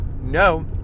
No